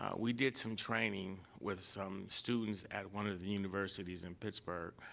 um we did some training with some students at one of the universities in pittsburgh,